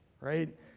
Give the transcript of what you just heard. right